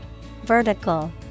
vertical